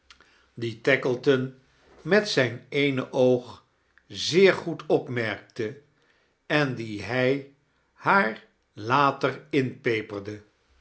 die tackleton met zijn eene oog zeer goed opmerkte en die hij haar later inpeperde